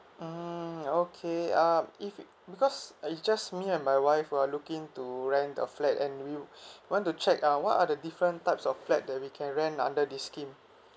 mmhmm okay um if because uh it's just me and my wife were looking to rent a flat and we want to check uh what are the different types of flat that we can rent under this scheme